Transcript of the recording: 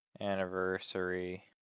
anniversary